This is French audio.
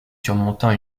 surmontant